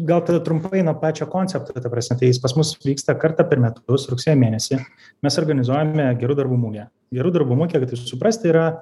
gal tada trumpai nuo pačio koncepto ta prasme tai jis pas mus vyksta kartą per metus rugsėjo mėnesį mes organizuojame gerų darbų mugę gerų darbų mūgė kad suprasti yra